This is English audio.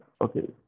Okay